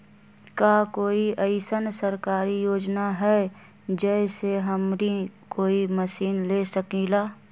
का कोई अइसन सरकारी योजना है जै से हमनी कोई मशीन ले सकीं ला?